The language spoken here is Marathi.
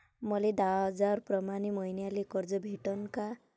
मले दहा हजार प्रमाण मईन्याले कर्ज भेटन का?